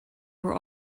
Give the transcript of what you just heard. were